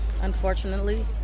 unfortunately